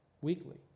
weekly